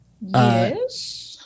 Yes